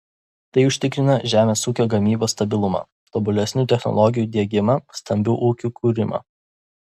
tai užtikrina žemės ūkio gamybos stabilumą tobulesnių technologijų diegimą stambių ūkių kūrimą